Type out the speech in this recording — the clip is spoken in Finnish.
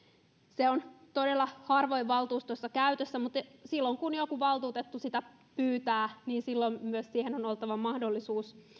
se on todella harvoin valtuustoissa käytössä mutta silloin kun joku valtuutettu sitä pyytää myös siihen on oltava mahdollisuus